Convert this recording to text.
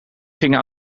gingen